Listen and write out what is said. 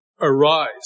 arise